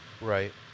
right